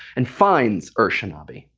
and finds ur-shanabi.